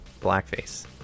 blackface